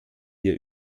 ihr